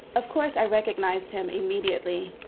of course, i recognized him immediately.